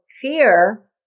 fear